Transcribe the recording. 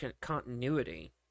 continuity